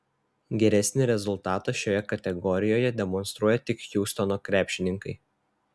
geresnį rezultatą šioje kategorijoje demonstruoja tik hjustono krepšininkai